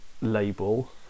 label